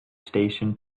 station